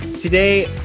Today